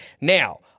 Now